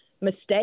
mistake